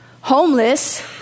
homeless